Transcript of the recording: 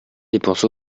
dépenses